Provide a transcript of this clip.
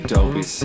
Dolby